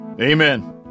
Amen